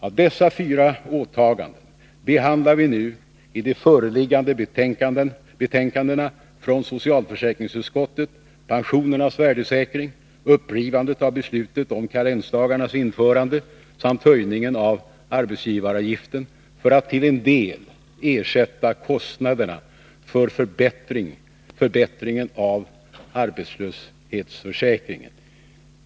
Av dessa fyra åtaganden behandlar vi nu i de föreliggande betänkandena från socialförsäkringsutskottet pensionernas värdesäkring, upprivandet av beslutet om karensdagarnas införande samt höjningen av arbetsgivaravgiften för att till en del ersätta kostnaderna för förbättringen av arbetslöshetsförsäkringen.